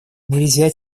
нельзя